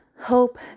hope